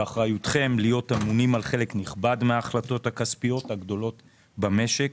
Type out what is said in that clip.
באחריותכם להיות אמונים על חלק נכבד מההחלטות הכספיות הגדולות במשק,